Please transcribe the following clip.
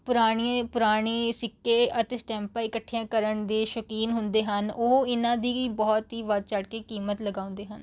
ਪੁਰਾਣੀਏ ਪੁਰਾਣੇ ਸਿੱਕੇ ਅਤੇ ਸਟੈਂਪਾਂ ਇਕੱਠੀਆਂ ਕਰਨ ਦੇ ਸ਼ੌਕੀਨ ਹੁੰਦੇ ਹਨ ਉਹ ਇਹਨਾਂ ਦੀ ਬਹੁਤ ਹੀ ਵੱਧ ਚੜ੍ਹ ਕੇ ਕੀਮਤ ਲਗਾਉਂਦੇ ਹਨ